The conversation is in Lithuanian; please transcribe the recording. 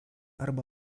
arba